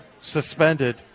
suspended